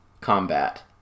combat